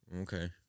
Okay